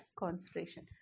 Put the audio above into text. concentration